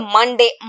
Monday